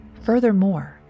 Furthermore